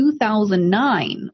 2009